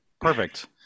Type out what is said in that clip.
Perfect